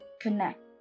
connect